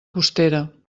costera